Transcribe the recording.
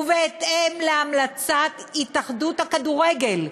ובהתאם להמלצת התאחדות הכדורגל,